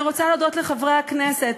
אני רוצה להודות לחברי הכנסת,